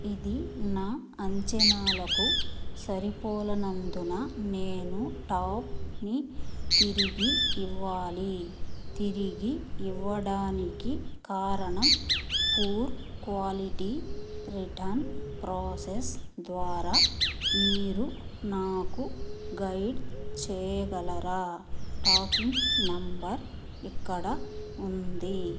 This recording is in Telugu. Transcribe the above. ఇది నా అంచనాలకు సరిపోలనందున నేను టాప్ని తిరిగి ఇవ్వాలి తిరిగి ఇవ్వడానికి కారణం పూర్ క్వాలిటీ రిటర్న్ ప్రాసెస్ ద్వారా మీరు నాకు గైడ్ చెయ్యగలరా ట్రాకింగ్ నంబర్ ఇక్కడ ఉంది